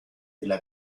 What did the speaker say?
della